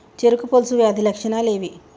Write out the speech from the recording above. చెరుకు పొలుసు వ్యాధి లక్షణాలు ఏవి?